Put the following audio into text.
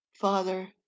Father